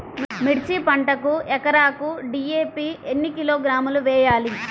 మిర్చి పంటకు ఎకరాకు డీ.ఏ.పీ ఎన్ని కిలోగ్రాములు వేయాలి?